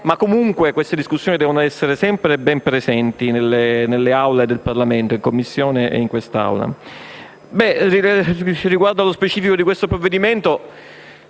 ma, comunque, queste discussioni devono essere sempre ben presenti nelle Aule del Parlamento, in Commissione e in questa Aula.